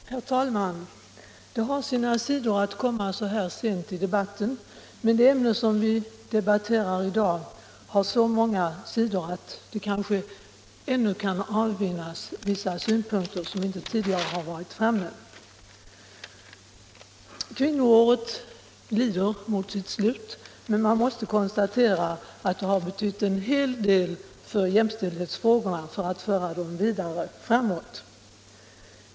Herr talman! Det har sina sidor att komma in så här sent i debatten, men det ämne som vi diskuterar i dag har så många aspekter att det ändå kan finnas vissa synpunkter som inte tidigare har framförts. Kvinnoåret lider mot sitt slut, och man måste konstatera att det har betytt en hel del för att föra jämställdhetsfrågorna vidare framåt.